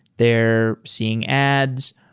they're seeing ads.